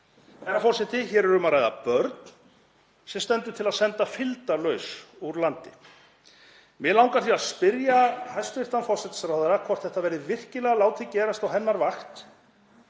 Herra forseti. Hér er um að ræða börn sem stendur til að senda fylgdarlaus úr landi. Mig langar því að spyrja hæstv. forsætisráðherra hvort þetta verði virkilega látið gerast á hennar vakt